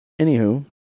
Anywho